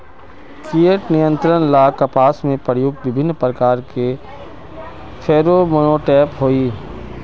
कीट नियंत्रण ला कपास में प्रयुक्त विभिन्न प्रकार के फेरोमोनटैप होई?